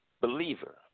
believer